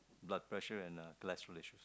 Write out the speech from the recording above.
blood pressure and cholesterol issues